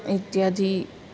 इत्यादि